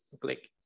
click